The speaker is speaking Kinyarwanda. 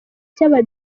cy’aba